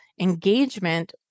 engagement